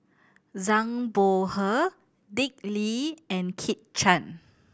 Zhang Bohe Dick Lee and Kit Chan